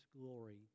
glory